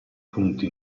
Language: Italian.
punti